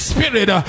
Spirit